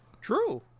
true